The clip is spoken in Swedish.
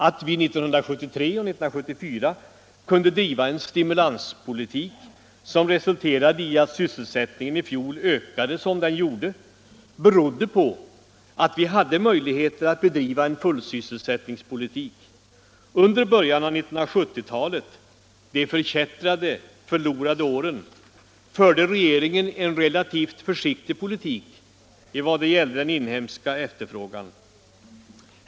Att vi 1973 och 1974 kunde driva en stimulanspolitik som resulterade i att sysselsättningen i fjol ökade som den gjorde berodde på att vi hade möjligheter att bedriva en fullsysselsättningspolitik. Under början av 1970-talet — de förkättrade förlorade åren — förde regeringen en relativt försiktig politik vad gällde den inhemska efterfrågan.